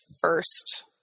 first